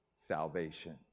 salvation